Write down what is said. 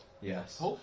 Yes